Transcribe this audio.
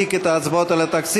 שאפסיק את ההצבעות על התקציב?